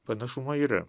panašumų yra